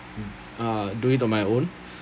uh do it on my own